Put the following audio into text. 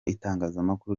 itangazamakuru